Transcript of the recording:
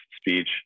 speech